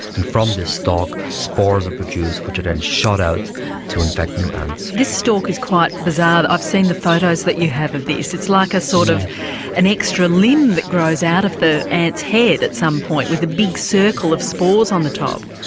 and from this stalk spores are produced which are then shot out to infect new ants. this stalk is quite bizarre, i've seen the photos that you have of this, it's like a sort of and extra limb that grows out of the ant's head at some point with a big circle of spores on the top.